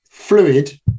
Fluid